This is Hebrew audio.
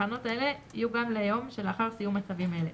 הכנות אלה יהיו גם ליום שלאחר סיום מצבים אלה,